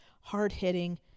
hard-hitting